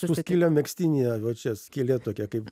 su skyle megztinyje va čia skylė tokia kaip